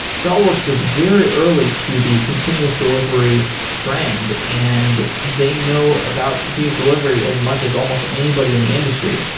thoughtworks was very early to the continuous delivery trend and they know about continuous delivery as much as almost anybody in the industry.